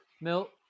Milk